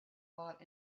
bought